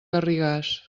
garrigàs